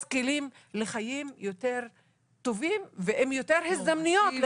כלים לחיים יותר טובים ועם יותר הזדמנויות לחיים.